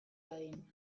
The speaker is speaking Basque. dadin